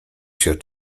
się